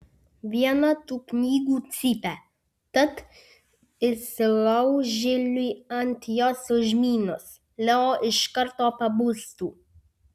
viena tų knygų cypia tad įsilaužėliui ant jos užmynus leo iš karto pabustų